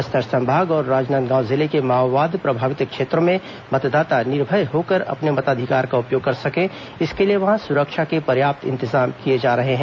बस्तर संभाग और राजनांदगांव जिले के माओवाद प्रभावित क्षेत्रों में मतदाता निर्भय होकर अपने मताधिकार का उपयोग कर सकें इसके लिए वहां सुरक्षा के पर्याप्त इंतजाम किए जा रहे हैं